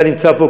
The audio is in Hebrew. אתה נמצא פה,